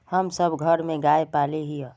हम सब घर में गाय पाले हिये?